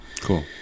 Cool